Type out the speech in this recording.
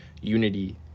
unity